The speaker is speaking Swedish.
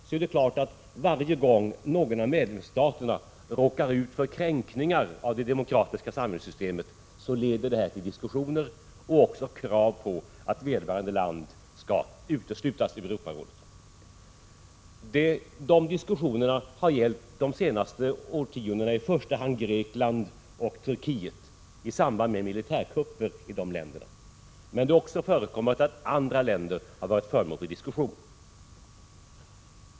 Det är klart att detta innebär att varje gång någon av medlemsstaterna råkar ut för kränkningar av det demokratiska samhällssystemet leder det till diskussioner och krav på att vederbörande land skall uteslutas ur Europarådet. De diskussionerna har under de senaste årtiondena i första hand gällt Grekland och Turkiet i samband med militärkupper. Men det har också förekommit att andra länder har varit föremål för diskussion.